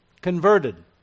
converted